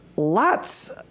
Lots